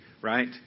right